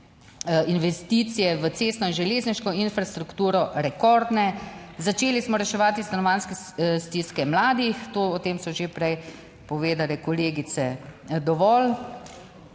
Investicije v cestno in železniško infrastrukturo, rekordne. Začeli smo reševati stanovanjske stiske mladih, o tem so že prej povedale kolegice, dovolj.